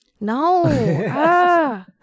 No